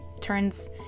turns